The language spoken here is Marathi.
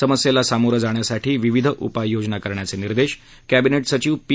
समस्येला सामोरं जाण्यासाठीविविध उपाय योजना करायचे निर्देश कॅबिनेट सचिव पी